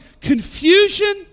confusion